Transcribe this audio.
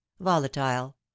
volatile